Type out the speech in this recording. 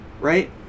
right